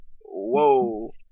whoa